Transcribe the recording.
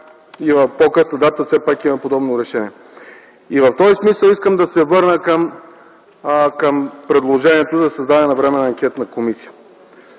и от по-късна дата, все пак има подобно решение. В този смисъл искам да се върна към предложението за създаване на временна анкетна комисия.